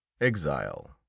Exile